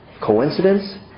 Coincidence